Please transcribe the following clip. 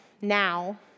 Now